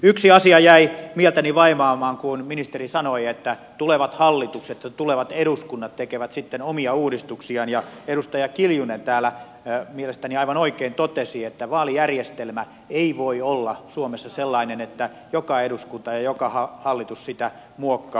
yksi asia jäi mieltäni vaivaamaan kun ministeri sanoi että tulevat hallitukset ja tulevat eduskunnat tekevät sitten omia uudistuksiaan ja edustaja kiljunen täällä mielestäni aivan oikein totesi että vaalijärjestelmä ei voi olla suomessa sellainen että joka eduskunta ja joka hallitus sitä muokkaa